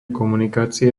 komunikácie